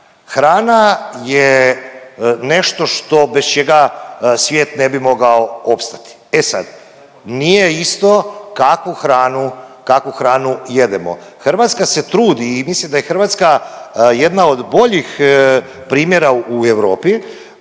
hrana je nešto što bez čega svijet ne bi mogao opstati, e sad nije isto kakvu hranu jedemo. Hrvatska se trudi i mislim da je Hrvatska jedna od boljih primjera u Europi